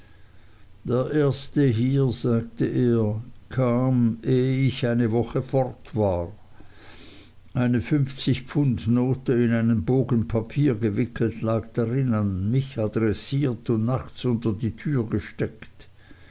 der erste hier sagte er kam ehe ich eine woche fort war eine fünfzig pfundnote in einen bogen papier gewickelt lag darin an mich addressiert und nachts unter die türe gesteckt